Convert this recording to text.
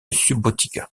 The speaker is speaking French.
subotica